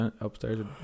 upstairs